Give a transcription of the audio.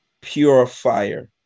Purifier